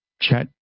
chat